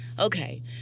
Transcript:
okay